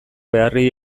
beharrei